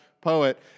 poet